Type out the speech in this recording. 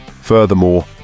Furthermore